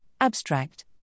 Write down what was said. Abstract